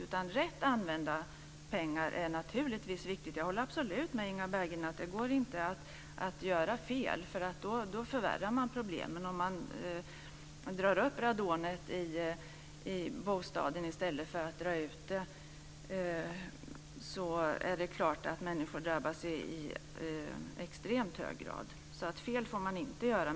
Det är naturligtvis viktigt att använda pengarna rätt. Jag håller absolut med Inga Berggren om att det inte går att göra fel. Då förvärrar man problemen. Om man drar upp radonet i bostaden i stället för att dra ut det är det klart att människor drabbas i extremt hög grad. Fel får man inte göra.